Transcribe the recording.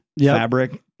fabric